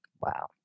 Wow